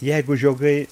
jeigu žiogai